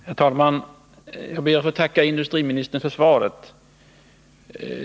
Herr talman! Jag ber att få tacka industriministern för svaret.